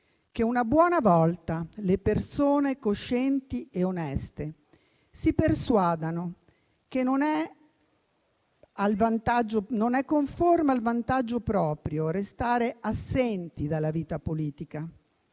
che una buona volta le persone coscienti e oneste si persuadano che non è conforme al vantaggio proprio restare assenti dalla vita politica